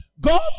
God